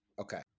Okay